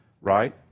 right